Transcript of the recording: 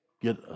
get